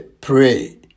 Pray